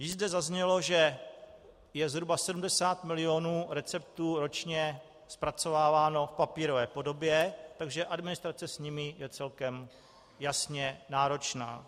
Již zde zaznělo, že je zhruba 70 mil. receptů ročně zpracováváno v papírové podobě, takže administrace s nimi je celkem jasně náročná.